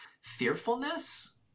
fearfulness